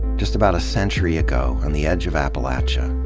just about a century ago, on the edge of appalachia.